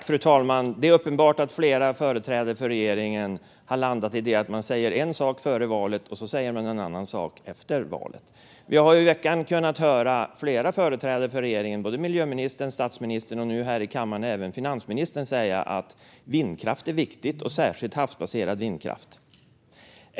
Fru talman! Det är uppenbart att flera företrädare för regeringen har landat i att man säger en sak före valet och sedan en annan efter valet. Vi har i veckan kunnat höra flera företrädare för regeringen, både miljöministern, statsministern och nu här i kammaren även finansministern, säga att vindkraft är viktigt, särskilt havsbaserad vindkraft.